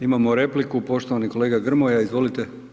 Imamo repliku, poštovani kolega Grmoja, izvolite.